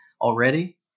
already